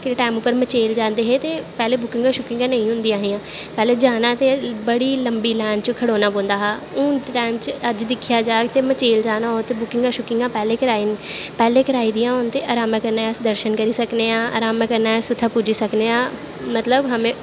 time उप्पर मचेल जांदे हे ते पैह्लैं बुकिंगां शुकिंगां नेंई होंदियां हां पैह्लैं जाना ते बड़ा लम्बी लैैन च खड़ोनां पौंदा हा हून अज्ज दे टैम पर दिक्खेआ जा मचेल जाना होग ते बुकिंगां शुकिंगां पैह्लें कराी दियां होन ते रामैं कन्नैं अस दर्शन करी सकनें आं रामैं कन्नैं अस उत्थें पुज्जी सकनें आं मतलव